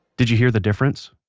did you hear the difference?